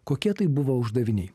kokie tai buvo uždaviniai